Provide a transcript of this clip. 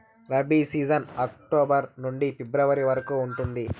rabi season October నుండి February వరకు ఉంటుంది